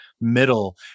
middle